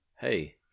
hey